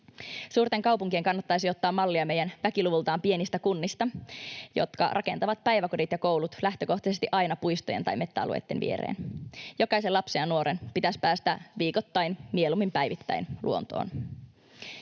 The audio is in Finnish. Suurten kaupunkien kannattaisi ottaa mallia meidän väkiluvultaan pienistä kunnista, jotka rakentavat päiväkodit ja koulut lähtökohtaisesti aina puistojen tai metsäalueitten viereen. Jokaisen lapsen ja nuoren pitäisi päästä viikottain, mieluummin päivittäin, luontoon.